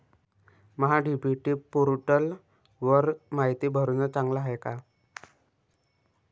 महा DBT पोर्टलवर मायती भरनं चांगलं हाये का?